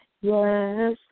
Yes